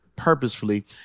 purposefully